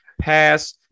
pass